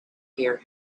hear